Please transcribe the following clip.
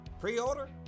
Pre-order